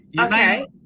okay